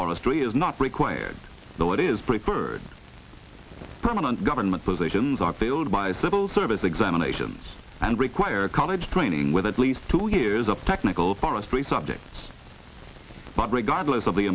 forestry is not required though it is preferred permanent government positions are filled by civil service examinations and require a college training with at least two years of technical forestry subjects but regardless of the